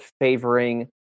favoring